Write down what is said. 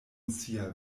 sia